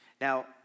Now